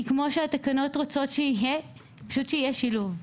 כי מה שהתקנות רוצות זה פשוט שיהיה שילוב.